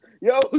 Yo